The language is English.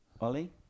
Ollie